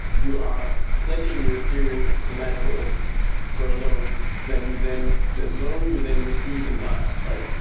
you are pledging your ethereum as collateral for a loan that you then that loan you then receive in dai, right?